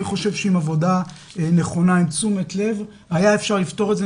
אני חושב שעם עבודה נכונה ועם תשומת לב היה אפשר לפתור את זה.